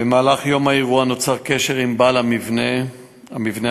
במהלך יום האירוע נוצר קשר עם בעל המבנה הנייד,